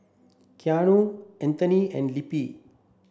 Keanu Anthoney and Lempi